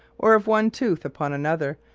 or of one tooth upon another,